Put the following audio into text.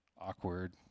Awkward